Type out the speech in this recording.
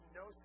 no